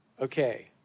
Okay